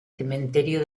cementerio